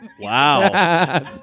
Wow